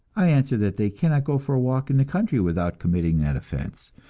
i answer that they cannot go for a walk in the country without committing that offense,